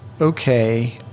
okay